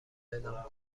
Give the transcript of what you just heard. اعلام